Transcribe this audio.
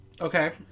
Okay